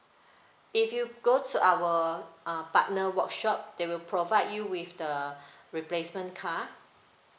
if you go to our uh partner workshop they will provide you with the replacement car